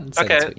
Okay